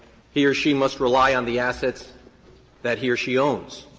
he or she must rely on the assets that he or she owns.